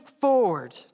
forward